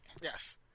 Yes